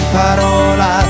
parola